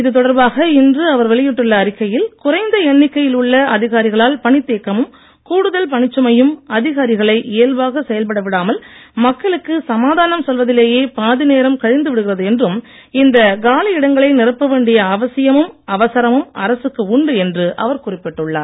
இது தொடர்பாக இன்று அவர் வெளியிட்டுள்ள அறிக்கையில் குறைந்த எண்ணிக்கையில் உள்ள அதிகாரிகளால் பணித் தேக்கமும் கூடுதல் பணிச்சுமையும் அதிகாரிகளை இயல்பாக செயல்பட விடாமல் மக்களுக்கு சமாதானம் சொல்வதிலேயே பாதி நேரம் கழிந்து விடுகிறது என்றும் இந்த காலி இடங்களை நிரப்ப வேண்டிய அவசியமும் அவசரமும் அரசுக்கு உண்டு என்று அவர் குறிப்பிட்டுள்ளார்